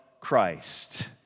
Christ